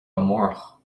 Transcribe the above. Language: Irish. amárach